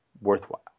worthwhile